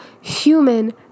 human